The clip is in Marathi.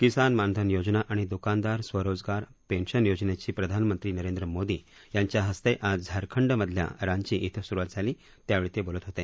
किसान मानधन योजना आणि दुकानदार स्वरोजगार पेन्शन योजनेची प्रधानमंत्री नरेंद्र मोदी यांच्या हस्ते आज झारखंडमधल्या रांची इथं सुरुवात झाली त्यावेळी ते बोलत होते